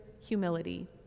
humility